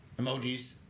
emojis